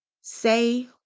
say